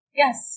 yes